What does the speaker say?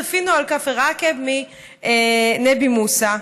צפינו על כפר עקב מנבי מוסא,